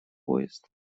поезд